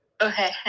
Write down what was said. okay